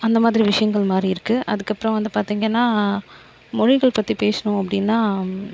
அந்த மாதிரி விஷயங்கள் மாறிருக்கு அதுக்கு அப்பறம் வந்து பார்த்திங்கன்னா மொழிகள் பற்றி பேசுனோம் அப்படினா